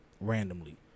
randomly